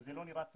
וזה לא נראה טוב.